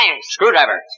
Screwdriver